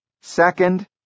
Second